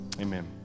Amen